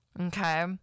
Okay